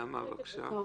נעמה, בבקשה.